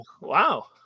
Wow